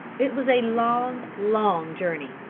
it was a long, long journey.